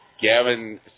Gavin